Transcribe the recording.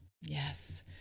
Yes